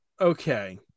Okay